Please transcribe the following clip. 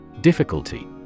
Difficulty